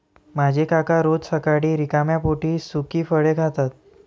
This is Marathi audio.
माझे काका रोज सकाळी रिकाम्या पोटी सुकी फळे खातात